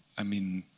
i mean,